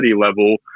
level